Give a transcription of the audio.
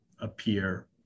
appear